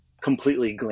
completely